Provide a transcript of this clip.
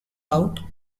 out